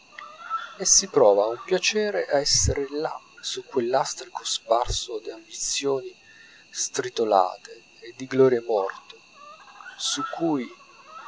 e si prova un piacere a esser là su quel lastrico sparso d'ambizioni stritolate e di glorie morte su cui